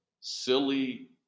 Silly